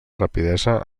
rapidesa